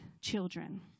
children